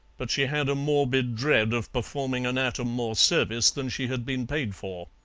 but she had a morbid dread of performing an atom more service than she had been paid for.